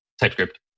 TypeScript